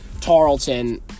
Tarleton